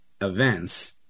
events